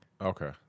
Okay